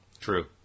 True